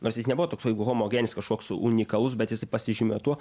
nors jis nebuvo toks homogeninis kažkoks unikalus bet jisai pasižymėjo tuo